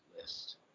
list